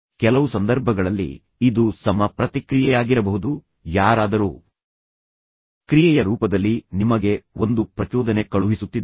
ಕೆಲವು ಸಂದರ್ಭಗಳಲ್ಲಿ ಇದು ಸಮ ಪ್ರತಿಕ್ರಿಯೆಯಾಗಿರಬಹುದು ಯಾರಾದರೂ ಕ್ರಿಯೆಯ ರೂಪದಲ್ಲಿ ನಿಮಗೆ ಒಂದು ಪ್ರಚೋದನೆ ಕಳುಹಿಸುತ್ತಿದ್ದಾರೆ